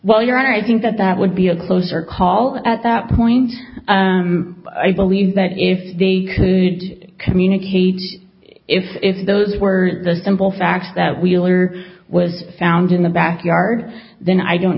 well your honor i think that that would be a closer call at that point i believe that if they could communicate if those were the simple facts that wheeler was found in the back yard then i don't